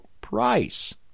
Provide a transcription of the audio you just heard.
price